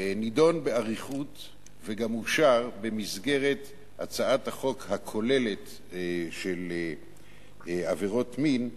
נדון באריכות וגם אושר במסגרת הצעת החוק הכוללת של עבירות מין,